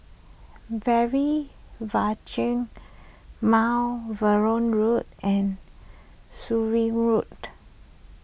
Mount Vernon Road and Surin Road